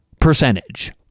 percentage